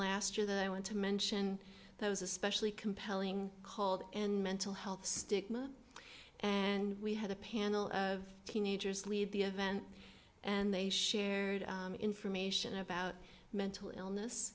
last year that i want to mention that was especially compelling called mental health stigma and we had a panel of teenagers leave the event and they shared information about mental illness